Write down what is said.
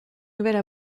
nouvelle